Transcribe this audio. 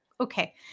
okay